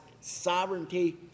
sovereignty